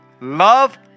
love